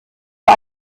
für